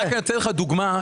אני אתן לך דוגמה,